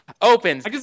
Opens